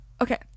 Okay